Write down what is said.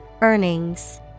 Earnings